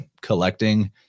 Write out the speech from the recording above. collecting